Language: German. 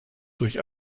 durch